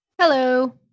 Hello